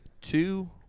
two